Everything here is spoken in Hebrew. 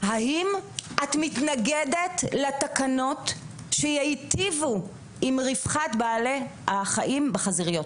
האם את מתנגדת לתקנות שייטיבו עם רווחת בעלי החיים בחזיריות?